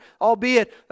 albeit